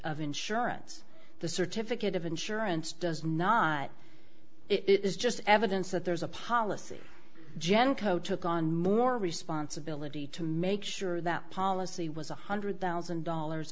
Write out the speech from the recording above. of insurance the certificate of insurance does not it is just evidence that there is a policy genco took on more responsibility to make sure that policy was one hundred thousand dollars